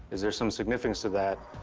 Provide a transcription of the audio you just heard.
is there some significance to that?